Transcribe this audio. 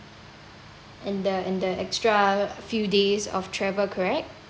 and the and the extra few days of travel correct